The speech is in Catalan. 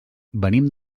venim